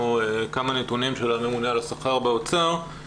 כמה נתונים של הממונה על השכר באוצר.